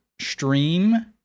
stream